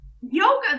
yoga